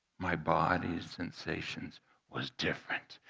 my body's sensations was different.